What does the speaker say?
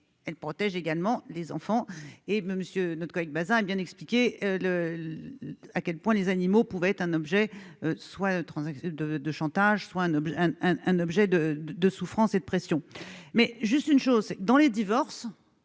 Elle protège également les enfants et Monsieur notre collègue Bazin hé bien expliqué le à quel point les animaux pouvaient être un objet soit transaction de de chantage noble un un objet de de souffrance et de pression, mais juste une chose : dans les divorces